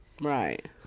Right